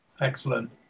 Excellent